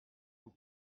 vous